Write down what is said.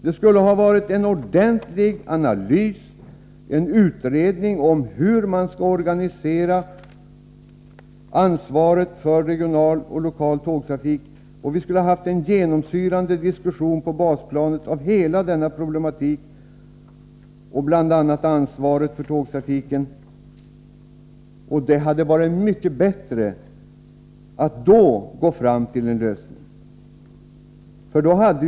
Det skulle ha varit en ordentlig analys och en utredning av hur man skall organisera ansvaret för regional och lokal tågtrafik, och vi skulle ha haft en genomsyrande diskussion på basplanet av hela denna problematik. Det hade varit mycket bättre att nå fram till en lösning på det sättet.